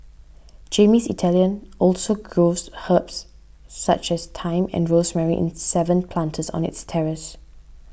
Jamie's Italian also grows herbs such as thyme and rosemary in seven planters on its terrace